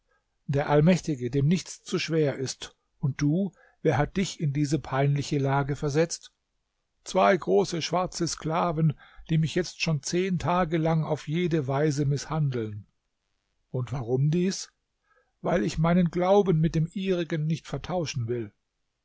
der allmächtige dem nichts zu schwer ist und du wer hat dich in diese peinliche lage versetzt zwei große schwarze sklaven die mich jetzt schon zehn tage lang auf jede weise mißhandeln und warum dies weil ich meinen glauben mit dem ihrigen nicht vertauschen will